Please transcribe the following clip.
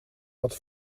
had